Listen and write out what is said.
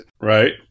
Right